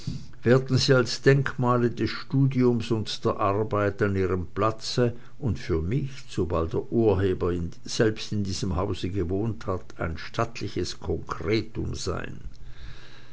werden sie als denkmale des studiums und der arbeit an ihrem platze und für mich zumal der urheber selbst in diesem hause gewohnt hat ein stattliches konkretum sein